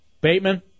Bateman